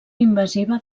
invasiva